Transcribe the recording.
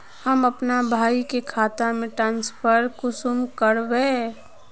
हम अपना भाई के खाता में ट्रांसफर कुंसम कारबे?